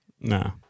no